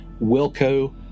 Wilco